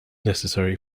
necessary